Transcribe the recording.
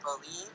believe